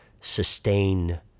sustain